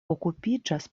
okupiĝas